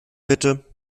bitte